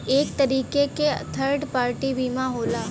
एक तरीके क थर्ड पार्टी बीमा होला